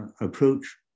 approach